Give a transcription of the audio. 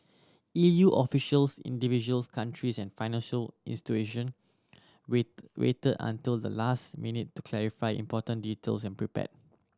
E U officials individual countries and financial institution waited until the last minute to clarify important details and prepare